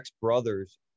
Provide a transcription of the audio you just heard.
Brothers